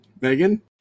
Megan